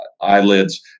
eyelids